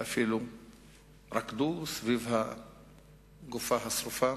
ואפילו רקדו סביב הגופה השרופה.